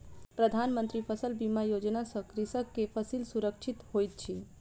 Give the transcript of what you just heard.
प्रधान मंत्री फसल बीमा योजना सॅ कृषक के फसिल सुरक्षित होइत अछि